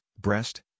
breast